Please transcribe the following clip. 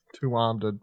two-armed